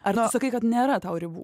tu sakai kad nėra tau ribų